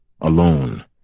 alone